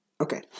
Okay